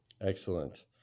Excellent